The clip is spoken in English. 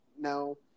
no